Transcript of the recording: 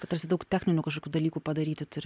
tarsi daug techninių kažkokių dalykų padaryti turi